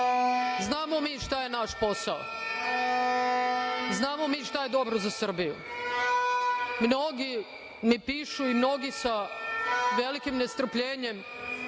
znamo mi šta je naš posao. Znamo mi šta je dobro za Srbiju. Mnogi mi pišu i mnogi sa velikim nestrpljenjem